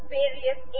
various